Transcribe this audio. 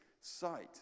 sight